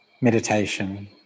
meditation